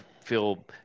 feel